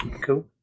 cool